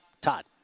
Todd